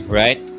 right